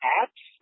apps